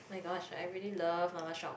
my gosh I really love mama shops